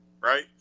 right